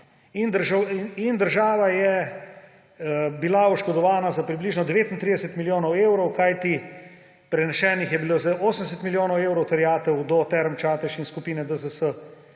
in država je bila oškodovana za približno 39 milijonov evrov, kajti prenesenih je bilo za 80 milijonov evrov terjatev do Term Čatež in skupine DZS,